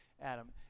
Adam